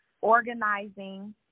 organizing